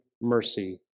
mercy